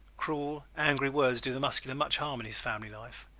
cruel, angry words do the muscular much harm in his family life.